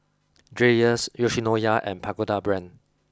Dreyers Yoshinoya and Pagoda Brand